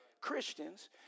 Christians